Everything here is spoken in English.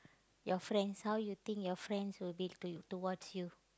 your friends how you think your friends will be to you towards you